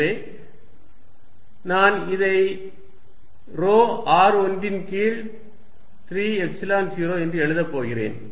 எனவே நான் இதை ρ r1 ன் கீழ் 3 எப்சிலன் 0 என்று எழுதப் போகிறேன்